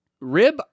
Rib